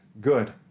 good